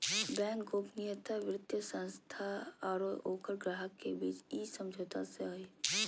bank गोपनीयता वित्तीय संस्था आरो ओकर ग्राहक के बीच इ समझौता से हइ